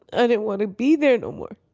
i don't wanna be there no more,